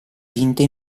vinte